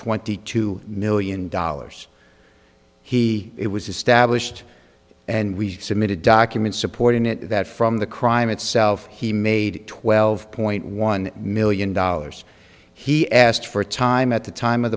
twenty two million dollars he it was established and we submitted documents supporting it that from the crime itself he made twelve point one million dollars he asked for time at the time of